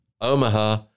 Omaha